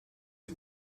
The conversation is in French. les